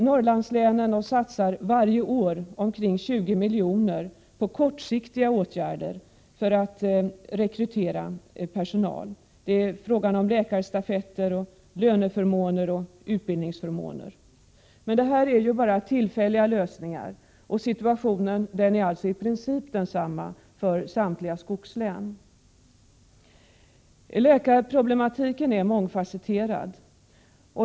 Norrlandslänen satsar varje år omkring 20 milj.kr. på kortsiktiga åtgärder för att rekrytera personal. Det är fråga om läkarstafetter, löneförmåner och utbildningsförmåner, men detta är ju bara tillfälliga lösningar. Situationen är alltså i princip densamma för samtliga skogslän. Läkarproblematiken är mångfasetterad.